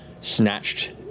snatched